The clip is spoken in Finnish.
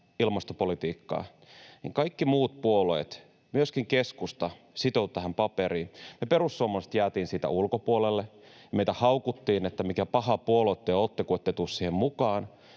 ilmastopolitiikkaa, kaikki muut puolueet, myöskin keskusta, sitoutuivat tähän paperiin. Me perussuomalaiset jäätiin siitä ulkopuolelle. Meitä haukuttiin niin, että mikä paha puolue te olette, kun ette tule siihen mukaan.